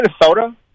Minnesota